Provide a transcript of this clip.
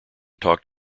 talked